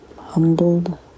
humbled